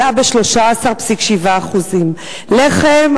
עלה ב-13.7%; לחם,